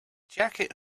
jacket